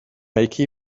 make